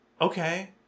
okay